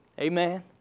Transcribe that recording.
Amen